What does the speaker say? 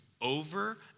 over